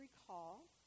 recall